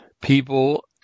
people